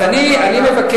אז אני מבקש.